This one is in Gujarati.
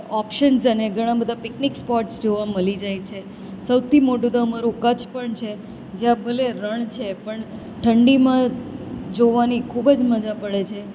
ઓપ્શન્સ અને ઘણાં બધાં પીકનીક સ્પોટ્સ જોવા મળી જાય છે સૌથી મોટું તો અમારું કચ્છ પણ છે જ્યાં ભલે રણ છે પણ ઠંડીમાં જોવાની ખૂબ જ મજા પડે છે